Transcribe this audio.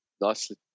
nicely